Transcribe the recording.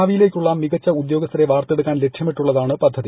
ഭാവിയിലേക്കുള്ള മികച്ച ഉദ്യോഗസ്ഥരെ വാർത്തെടുക്കാൻ ലക്ഷ്യമിട്ടുള്ളതാണ് പദ്ധതി